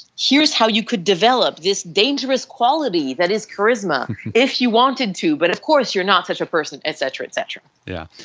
here is how you could develop this dangerous quality that is charisma if you wanted to, but of course you're not such a person, et cetera, et cetera yeah.